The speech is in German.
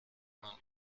man